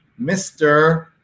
mr